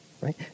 right